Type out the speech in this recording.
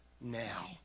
now